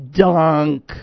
dunk